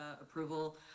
approval